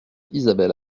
isabelle